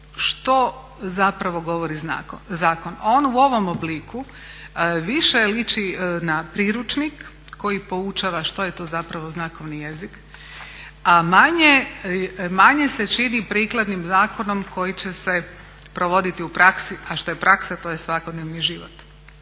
što zapravo govori zakon. On u ovom obliku više liči na priručnik koji poučava što je to zapravo znakovni jezik, a manje se čini prikladnim zakonom koji će se provoditi u praksi, a što je praksa to je svakodnevni život.